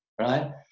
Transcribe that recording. right